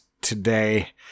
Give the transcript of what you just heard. today